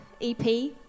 EP